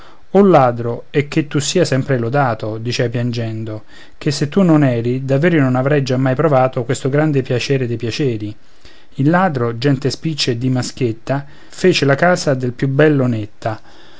o ladro e che tu sia sempre lodato dicea piangendo ché se tu non eri davver io non avrei giammai provato questo grande piacere dei piaceri il ladro gente spiccia e di man schietta fece la casa del più bello netta